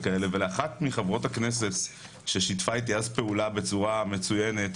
אבל אחת מחברות הכנסת ששיתפה איתי אז פעולה בצורה מצויינת,